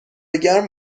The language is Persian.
گرم